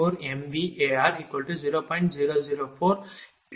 u